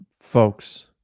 folks